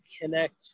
connect